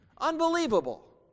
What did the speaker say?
Unbelievable